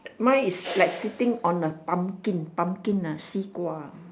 mine is like sitting on a pumpkin pumpkin ah 西瓜